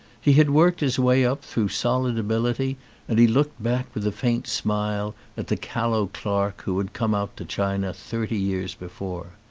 he had worked his way up through solid ability and he looked back with a faint smile at the cal low clerk who had come out to china thirty years before.